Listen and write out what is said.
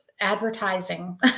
advertising